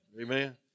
Amen